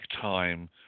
time